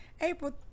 April